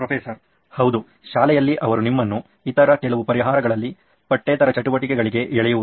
professor ಹೌದು ಶಾಲೆಯಲ್ಲಿ ಅವರು ನಿಮ್ಮನ್ನು ಇತರ ಕೆಲವು ಪರಿಹಾರಗಳಲ್ಲಿ ಪಠ್ಯೇತರ ಚಟುವಟಿಕೆಗಳಿಗೆ ಎಳೆಯುವುದು